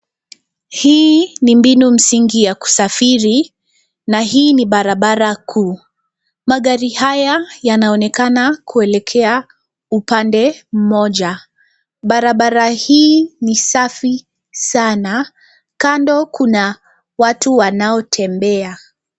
Hii ni mbinu msingi ya kusafiri, na hii ni barabara kuu. Magari haya yanaonekana kulekea upande moja. Barabara hii ni safi sana. Kando kuna watu wanaotembea.